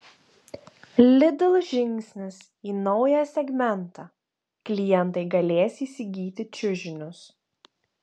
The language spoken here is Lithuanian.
lidl žingsnis į naują segmentą klientai galės įsigyti čiužinius